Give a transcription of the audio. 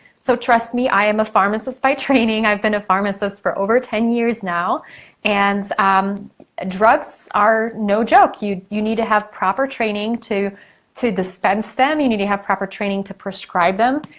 so trust me, i am a pharmacist by training. i've been a pharmacist for over ten years now and um ah drugs are no joke. you you need to have proper training to to dispense them, you need to have proper training to prescribe them,